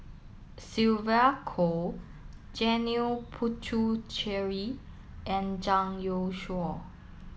Sylvia Kho Janil Puthucheary and Zhang Youshuo